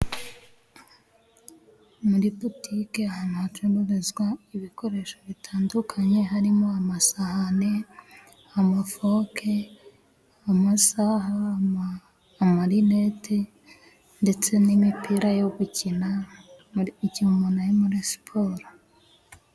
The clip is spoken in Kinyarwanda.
Muri butike ahantu hacururizwa ibikoresho bitandukanye, harimo amasahani, amafoke, amasaha, amarinete, ndetse n'imipira yo gukina, igihe umuntu ari muri siporo.